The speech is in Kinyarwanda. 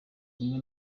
rumwe